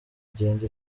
igenda